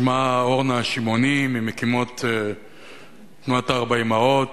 שמה אורנה שמעוני, ממקימות תנועת "ארבע אמהות",